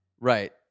right